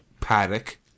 paddock